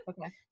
okay